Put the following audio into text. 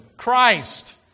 Christ